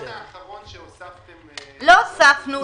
המשפט האחרון שהוספתם --- לא הוספנו,